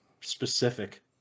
specific